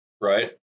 Right